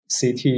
CT